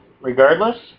regardless